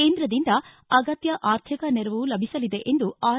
ಕೇಂದ್ರದಿಂದ ಅಗತ್ತ ಅರ್ಥಿಕ ನೆರವು ಲಭಿಸಲಿದೆ ಎಂದು ಆರ್